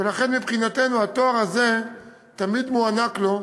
ולכן מבחינתנו התואר הזה תמיד מוענק לו,